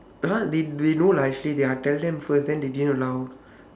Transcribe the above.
(uh huh) they they know lah actually I tell them first then they didn't allow